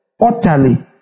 Utterly